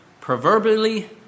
proverbially